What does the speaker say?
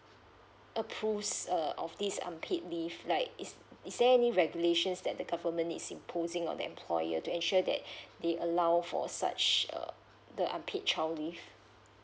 approves of this unpaid leave like is is there any regulations that the government is imposing on the employer to ensure that they allow for such um the unpaid child leave